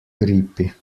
gripe